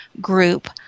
group